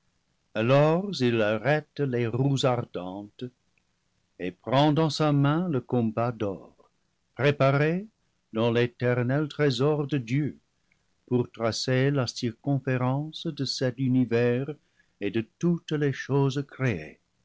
alors il arrête les roues ardentes et prend dans sa main le compas d'or préparé dans l'éternel trésor de dieu pour trr la circonférence de cet univers et de toutes les choses créées